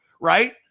right